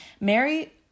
mary